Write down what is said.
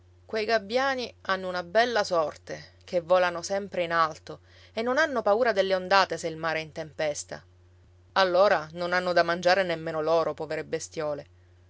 quei gabbiani hanno una bella sorte che volano sempre in alto e non hanno paura delle ondate se il mare è in tempesta allora non hanno da mangiare nemmeno loro povere bestiole